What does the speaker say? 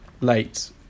late